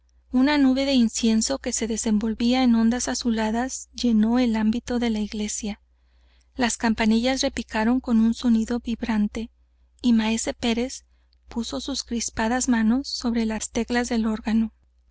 una nube de incienso que se desenvolvía en ondas azuladas llenó el ámbito déla iglesia las campanillas repicaron con un sonido vibrante y maese pérez puso sus crispadas manos sobre las teclas del órgano